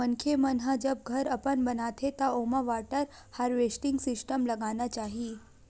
मनखे मन ह जब घर अपन बनाथे त ओमा वाटर हारवेस्टिंग सिस्टम लगाना चाही